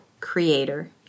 creator